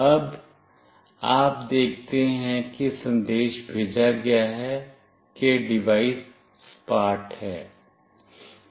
अब आप देखते हैं कि संदेश भेजा गया है कि डिवाइस सपाट है